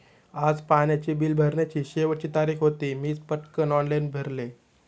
आज पाण्याचे बिल भरण्याची शेवटची तारीख होती, मी पटकन ऑनलाइन भरले